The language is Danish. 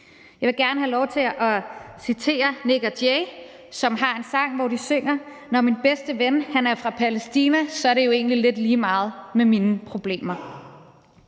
Jeg vil gerne have lov til at citere Nik & Jay, som har en sang, hvor de synger: Når min bedste ven han er fra Palæstina, så er det jo egentlig lidt lige meget med mine problemer.